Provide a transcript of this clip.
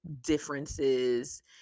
differences